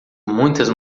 muitas